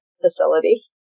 facility